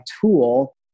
tool